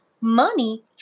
money